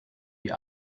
die